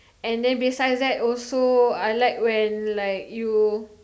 and then besides that also I like when like you